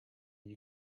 you